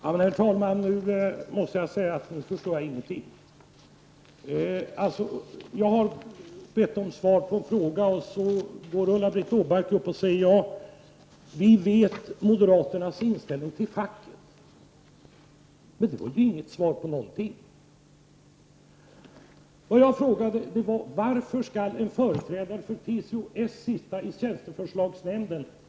Herr talman! Nu måste jag säga att jag inte förstår någonting. Jag har bett om svar på en fråga, och då går Ulla-Britt Åbark upp och säger att socialdemokraterna känner till moderaternas inställning till facket. Det var inte något svar på min fråga. Vad jag frågade var: Varför skall en företrädare för just TCO-S sitta i tjänsteförslagsnämnden?